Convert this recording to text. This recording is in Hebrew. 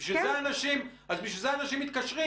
אז בשביל זה אנשים מתקשרים,